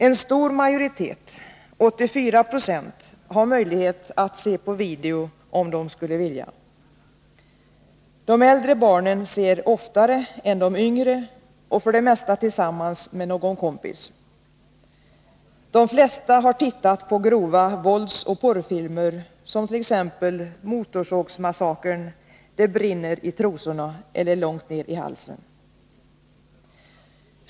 En stor majoritet, 84 96, har möjlighet att se på video om de skulle vilja. De äldre barnen ser oftare än de yngre och för det mesta tillsammans med någon kompis. De flesta har tittat på grova våldsoch porrfilmer som t.ex. Motorsågsmassakern, Det brinner i trosorna och Långt ner i halsen.